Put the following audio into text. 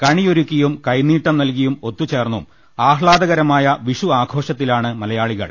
കണിയൊരുക്കി യും കൈനീട്ടം നൽകിയും ഒത്തുചേർന്നും ആഹ്ലാദകരമായ വി ആഘോഷത്തിലാണ് മലയാളികൾ